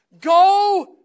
Go